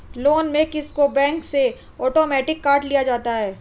loan में क़िस्त को बैंक से आटोमेटिक काट लिया जाता है